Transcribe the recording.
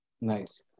Nice